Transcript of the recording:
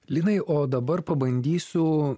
linai o dabar pabandysiu